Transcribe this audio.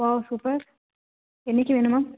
wow super என்னைக்கு வேணும் ma'am